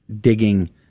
digging